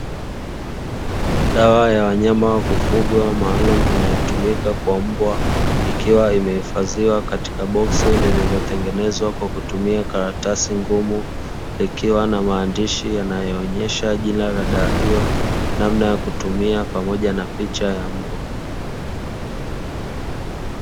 Dawa ya wanyama ya kufuga maalumu inayotumika kwa mbwa ikiwa imehifadhiwa katika boksi, lililotengenezwa kwa kutumia karatasi ngumu likiwa na maandishi yanayoonyesha jina la dawa hiyo, namna ya kutumia pamoja na picha ya mbwa.